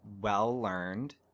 well-learned